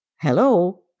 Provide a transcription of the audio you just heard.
hello